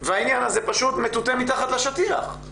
והעניין הזה פשוט מטואטא מתחת לשטיח.